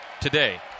today